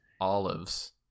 Olives